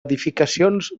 edificacions